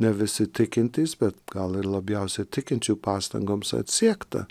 ne visi tikintys bet gal ir labiausiai tikinčių pastangoms atsiekta